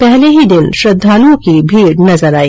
पहले ही दिन श्रद्वालुओं की भीड़ नजर आई